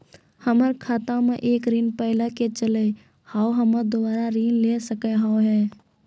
हमर खाता मे एक ऋण पहले के चले हाव हम्मे दोबारा ऋण ले सके हाव हे?